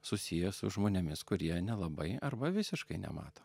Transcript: susijęs su žmonėmis kurie nelabai arba visiškai nemato